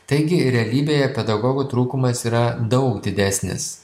taigi realybėje pedagogų trūkumas yra daug didesnis